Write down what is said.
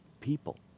people